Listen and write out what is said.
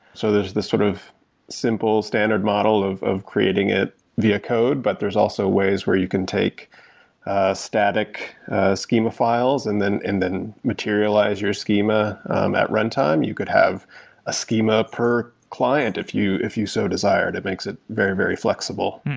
so there's this sort of simple standard model of of creating it via code. but there's also ways where you can take a static schema files and then and then materialize your schema at run time. you could have a schema per client if you if you so desire. it it makes it very, very flexible